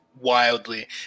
wildly